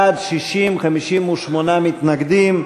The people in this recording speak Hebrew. בעד, 60, 58 מתנגדים.